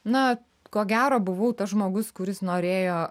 na ko gero buvau tas žmogus kuris norėjo